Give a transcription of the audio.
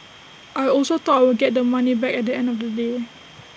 I also thought I would get the money back at the end of the day